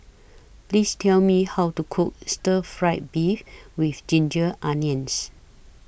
Please Tell Me How to Cook Stir Fry Beef with Ginger Onions